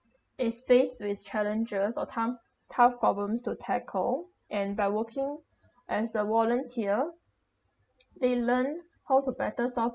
as face with challenges or tam~ tough problems to tackle and by working as a volunteer they learn how to better solve